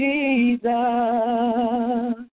Jesus